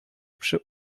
przy